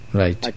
right